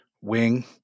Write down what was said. Wing